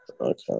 Okay